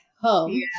home